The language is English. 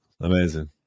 amazing